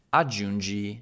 aggiungi